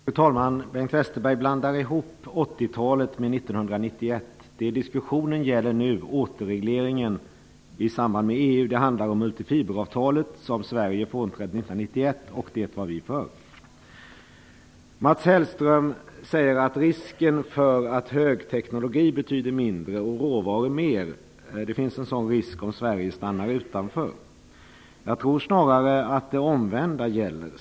Fru talman! Bengt Westerberg blandar ihop 80 talet med 1991. Det som diskussionen nu gäller är återregleringen i samband med EU. Det handlar om multifiberavtalet, som Sverige frånträdde år 1991, och det var vi för. Mats Hellström säger att det finns en risk för att högteknologi betyder mindre och råvaror mer, om Sverige stannar utanför. Jag tror snarare att det omvända gäller.